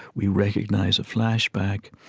we recognize a flashback.